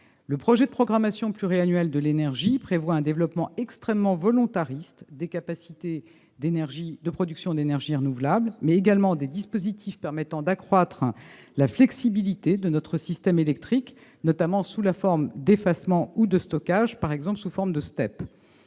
Le projet de programmation pluriannuelle de l'énergie prévoit un développement extrêmement volontariste des capacités de production d'énergies renouvelables, mais également des dispositifs permettant d'accroître la flexibilité de notre système électrique, notamment ses capacités d'effacement ou de stockage, par exemple sous forme de STEP.